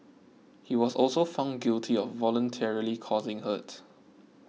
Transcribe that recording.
he was also found guilty of voluntarily causing hurt